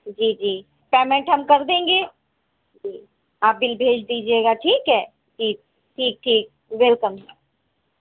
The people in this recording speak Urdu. جی جی پیمنٹ ہم کر دیں گے جی آپ بل بھیج دیجیے گا ٹھیک ہے ٹھیک ٹھیک ٹھیک ویلکم